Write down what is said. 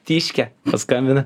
tiške paskambina